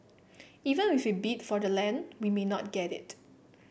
even if we bid for the land we may not get it